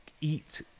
eat